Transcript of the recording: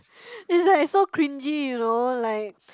it's like so cringey you know like